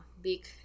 big